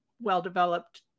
well-developed